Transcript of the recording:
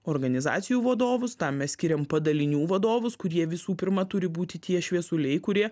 organizacijų vadovus tam mes skiriam padalinių vadovus kurie visų pirma turi būti tie šviesuliai kurie